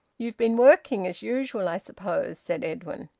you've been working, as usual, i suppose, said edwin.